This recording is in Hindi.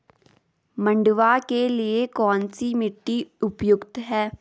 मंडुवा के लिए कौन सी मिट्टी उपयुक्त है?